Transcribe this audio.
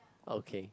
okay